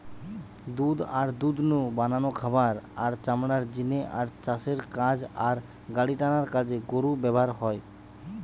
দুধ আর দুধ নু বানানো খাবার, আর চামড়ার জিনে আর চাষের কাজ আর গাড়িটানার কাজে গরু ব্যাভার হয়